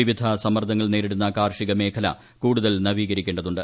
വിവിധ സമ്മർദ്ദങ്ങൾ നേരിടുന്ന കാർഷിക മേഖല കൂടുതൽ നവീകരിക്കേണ്ടതുണ്ട്